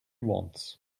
wants